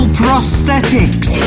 prosthetics